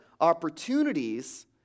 opportunities